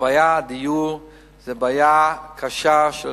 בעיית הדיור היא בעיה קשה של